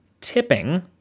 tipping